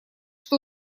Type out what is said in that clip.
что